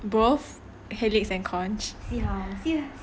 both helix and conch